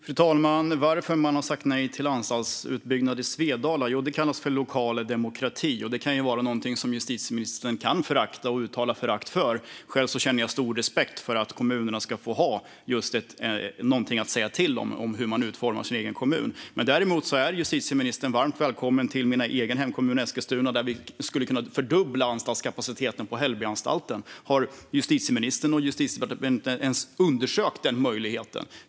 Fru talman! Varför har man sagt nej till anstaltsutbyggnad i Svedala? Jo, det kallas för lokal demokrati, och det kan vara något som justitieministern föraktar och uttalar förakt för. Själv känner jag stor respekt för att kommunerna ska få ha något att säga till om när det gäller hur man utformar den egna kommunen. Justitieministern är dock varmt välkommen till min egen hemkommun Eskilstuna, där vi skulle kunna fördubbla anstaltskapaciteten på Hällbyanstalten. Har justitieministern och Justitiedepartementet ens undersökt den möjligheten?